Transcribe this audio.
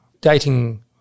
dating